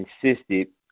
insisted